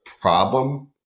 problem